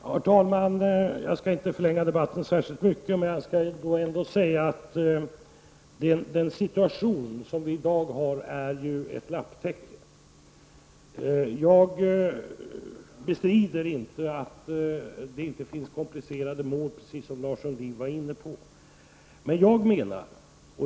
Herr talman! Jag skall inte förlänga debatten särskilt mycket, men jag måste ändå säga att den situation som vi har i dag är ett lapptäcke. Jag bestrider inte att det inte finns komplicerade mål, precis som Lars Sundin nämnde.